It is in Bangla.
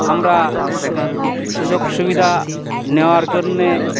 আমরা সুযোগ সুবিধা নেওয়ার জন্য